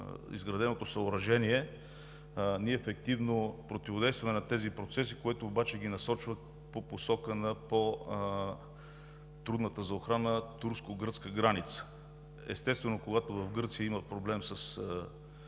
изграденото съоръжение. Ние ефективно противодействаме на тези процеси, което обаче ги насочва по посока на по-трудната за охрана турско-гръцка граница. Естествено, когато в Гърция има проблем с